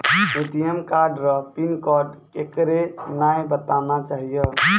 ATM card रो PIN code केकरै नाय बताना चाहियो